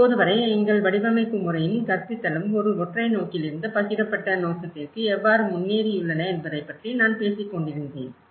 இப்போது வரை எங்கள் வடிவமைப்பு முறையும் கற்பித்தலும் ஒரு ஒற்றை நோக்கில் இருந்து பகிரப்பட்ட நோக்கத்திற்கு எவ்வாறு முன்னேறியுள்ளன என்பதைப் பற்றி நான் பேசிக் கொண்டிருந்தேன்